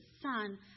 Son